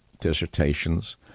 dissertations